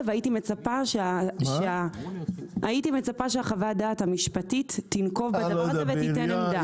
והייתי מצפה שחוות הדעת המשפטית תנקוב בדבר הזה ותיתן עמדה.